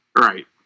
Right